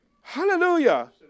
Hallelujah